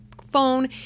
phone